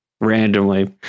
randomly